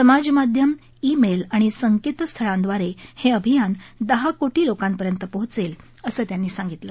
समाजमाध्यम email आणि संकेतस्थळांद्वारे हे अभियान दहा कोटी लोकांपर्यंत पोहोचेल असं त्यांनी सांगितलं